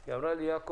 היא אמרה לי: יעקב,